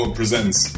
presents